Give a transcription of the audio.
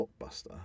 Blockbuster